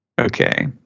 Okay